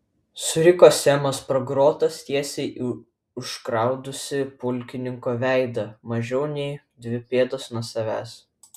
suriko semas pro grotas tiesiai į užraudusį pulkininko veidą mažiau nei dvi pėdos nuo savęs